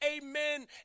amen